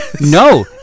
no